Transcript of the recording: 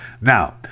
Now